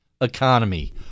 economy